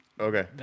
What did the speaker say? Okay